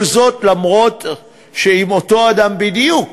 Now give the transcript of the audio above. למרות שאם אותו אדם בדיוק